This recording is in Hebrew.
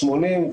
בסביבות 80,